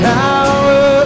power